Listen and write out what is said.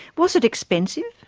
was it expensive?